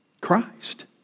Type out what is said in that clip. Christ